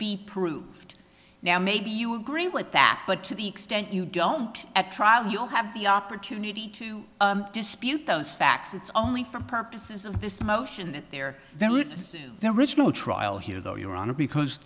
be proved now maybe you agree with that but to the extent you don't at trial you have the opportunity to dispute those facts it's only for purposes of this motion that there is the original trial here though your honor because